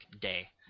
day